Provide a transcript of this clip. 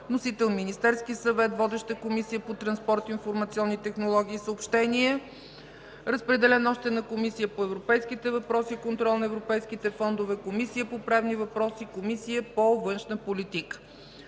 Вносител е Министерският съвет. Водеща е Комисията по транспорт, информационни технологии и съобщения. Разпределен е още на Комисията по европейските въпроси и контрол на европейските фондове, Комисията по правни въпроси, Комисията по външна политика.